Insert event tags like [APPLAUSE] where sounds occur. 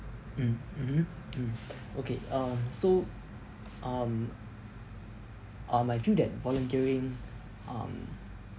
mm mmhmm mm [NOISE] okay um so um um I feel that volunteering um